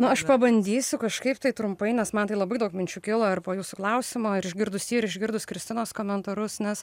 nu aš pabandysiu kažkaip tai trumpai nes man tai labai daug minčių kilo ir po jūsų klausimo ir išgirdusi jį ir išgirdus kristinos komentarus nes